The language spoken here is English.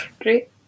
great